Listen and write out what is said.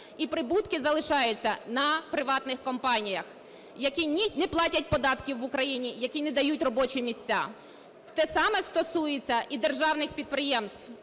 і прибутки залишаються на приватних компаніях, які не платять податків в Україні, які не дають робочі місця. Те саме стосується і державних підприємств.